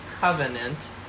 covenant